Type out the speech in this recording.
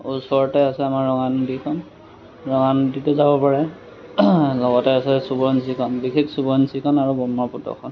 ওচৰতে আছে আমাৰ ৰঙানদীখন ৰঙানদীতে যাব পাৰে লগতে আছে সোৱণশিৰি বিশেষ সোৱণশিৰি আৰু ব্ৰহ্মপুত্ৰখন